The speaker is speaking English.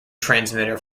transmitter